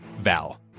Val